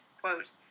quote